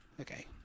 okay